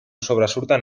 sobresurten